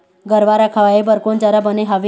गरवा रा खवाए बर कोन चारा बने हावे?